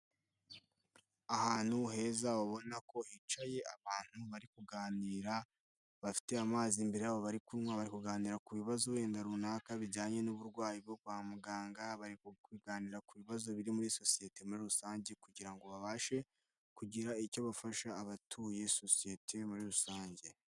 Ahantu heza, ubona ko hicaye abantu bari kuganira, bafite amazi imbere yabo bari kunywa, bari kuganira ku bibazo wenda runaka bijyanye n'uburwayi bwo kwa muganga, bari kuganira ku bibazo biri muri sosiyete muri rusange, kugira ngo babashe kugira icyo bafasha abatuye sosiyete muri rusange.